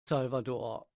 salvador